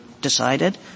decided